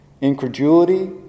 incredulity